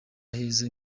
heza